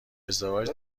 ازدواج